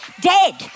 Dead